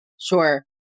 Sure